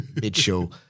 mid-show